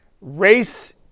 Race